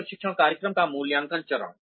एक प्रशिक्षण कार्यक्रम का मूल्यांकन चरण